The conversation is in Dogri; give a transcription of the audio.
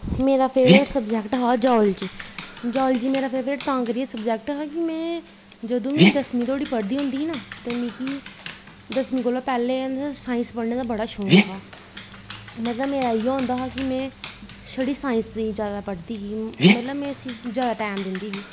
मेरा फेवरट सवजैक्ट जियॉलजी जियॉलजी मेरां तां करियै स्वजैक्ट हा कि में जदूं बी दसमी धोड़ी पढ़दी होंदी ही ना ते मिगी दसमी कोला दा पैह्लैं साईंस पढ़नें दा बड़ा शौंक हा मतलव मेरी इयो होंदा हा कि में मजा जादा में साईंस लेई पढ़दी ही मसलव में उसी जादा टाईम दिंदी ही